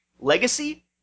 Legacy